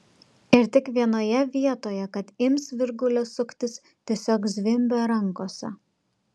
ir tik vienoje vietoje kad ims virgulės suktis tiesiog zvimbia rankose